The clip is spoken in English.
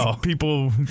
people